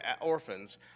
orphans